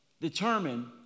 determine